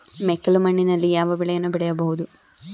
ಮೆಕ್ಕಲು ಮಣ್ಣಿನಲ್ಲಿ ಯಾವ ಬೆಳೆಯನ್ನು ಬೆಳೆಯಬಹುದು?